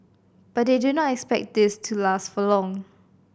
but they do not expect this to last for too long